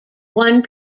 one